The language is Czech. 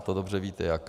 To dobře víte jaká.